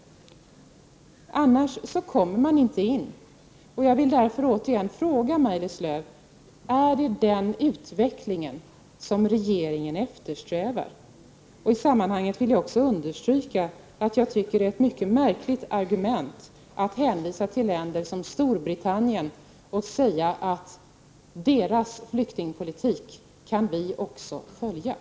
Annars kommer de inte in i Sverige. Jag vill återigen fråga Maj-Lis Lööw: Är det den utvecklingen som regeringen eftersträvar? I sammanhanget vill jag understryka att jag tycker att det är ett mycket märkligt argument att hänvisa till länder som Storbritannien och säga att vi kan följa deras flyktingpolitik.